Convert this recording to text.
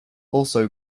also